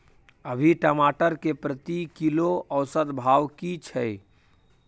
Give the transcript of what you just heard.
अभी टमाटर के प्रति किलो औसत भाव की छै?